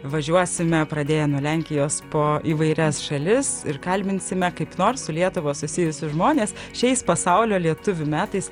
važiuosime pradėję nuo lenkijos po įvairias šalis ir kalbinsime kaip nors su lietuva susijusius žmones šiais pasaulio lietuvių metais